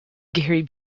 gary